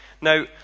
Now